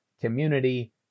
community